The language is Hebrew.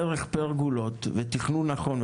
דרך פרגולות ותכנון נכון,